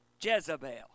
Jezebel